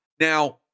now